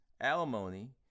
alimony